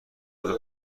جودو